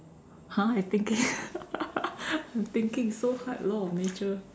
!huh! you thinking you thinking so hard law of nature